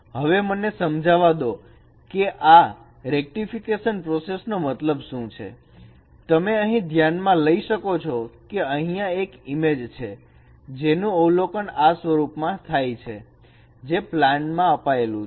હવે મને સમજાવા દો કે આ રેક્ટિફીકેશન પ્રોસેસ નો મતલબ શું છે તમે અહિ ધ્યાનમાં લઈ શકો છો કે અહીંયા એક ઈમેજ છે જેનું અવલોકન આ સ્વરૂપમાં થાય છે જે પ્લાન માં અપાયેલું છે